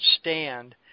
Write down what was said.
stand